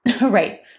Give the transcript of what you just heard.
Right